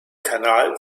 kanal